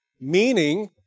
Meaning